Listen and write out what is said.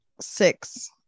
Six